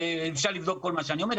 אפשר לבדוק כל מה שאני אומר,